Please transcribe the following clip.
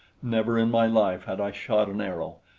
never in my life had i shot an arrow,